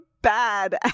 Bad